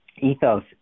ethos